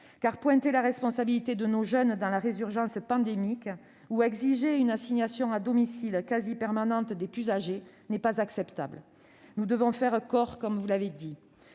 car pointer la responsabilité de nos jeunes dans la résurgence pandémique ou exiger une assignation à domicile quasi permanente des plus âgés n'est pas acceptable. Nous devons faire corps, comme vous l'avez dit.